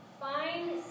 Find